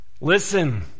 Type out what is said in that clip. Listen